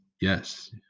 yes